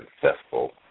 successful